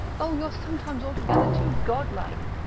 oh, you're sometimes altogether too godlike.